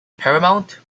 paramount